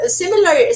similar